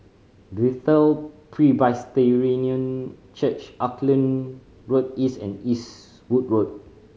Bethel Presbyterian Church Auckland Road East and Eastwood Road